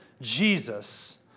Jesus